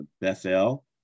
Bethel